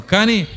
Kani